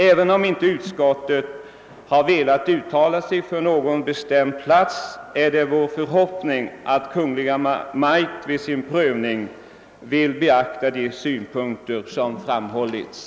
Även om utskottet inte har velat uttala sig för någon bestämd plats, är det vår förhoppning att Kungl. Maj:t vid sin prövning vill beakta de synpunkter som framhållits.